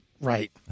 right